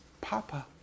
papa